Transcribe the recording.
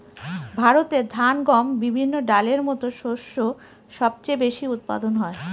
ভারতে ধান, গম, বিভিন্ন ডালের মত শস্য সবচেয়ে বেশি উৎপাদন হয়